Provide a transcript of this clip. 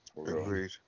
Agreed